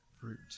fruit